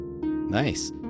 Nice